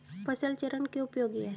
फसल चरण क्यों उपयोगी है?